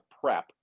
prep